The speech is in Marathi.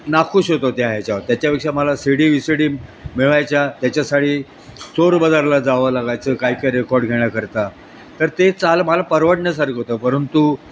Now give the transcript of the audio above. नाखूश होतो त्या ह्याच्यावर त्याच्यापेक्षा मला C D V C D मिळावायच्या त्याच्यासाठी चोर बजारला जावं लागायचं काय काही रेकॉर्ड घेण्याकरता तर ते चाल मला परवडण्यासारखं होतं परंतु